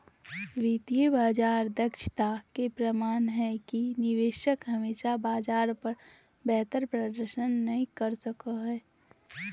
वित्तीय बाजार दक्षता के प्रमाण हय कि निवेशक हमेशा बाजार पर बेहतर प्रदर्शन नय कर सको हय